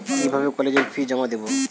কিভাবে কলেজের ফি জমা দেবো?